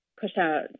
push-out